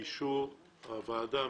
לאישור הוועדה.